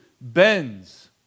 bends